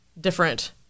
different